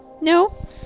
no